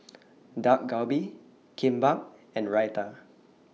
Dak Galbi Kimbap and Raita